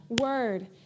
word